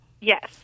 Yes